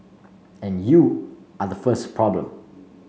and you are the first problem